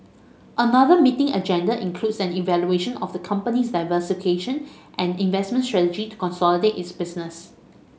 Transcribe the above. another meeting agenda includes an evaluation of the company's diversification and investment strategy to consolidate its business